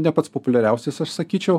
ne pats populiariausias aš sakyčiau